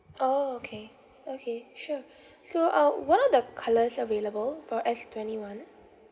orh okay okay sure so uh what are the colours available for S twenty one